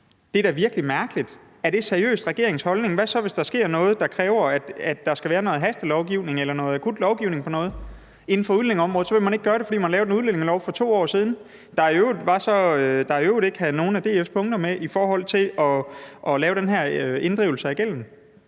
er da virkelig mærkeligt. Er det seriøst regeringens holdning? Hvad så, hvis der sker noget, der kræver, at der skal være noget hastelovgivning eller noget akut lovgivning inden for udlændingeområdet? Så vil man ikke gøre det, fordi man lavede en udlændingelov for 2 år siden, der i øvrigt ikke havde nogen af DF's punkter om at lave den her inddrivelse af gælden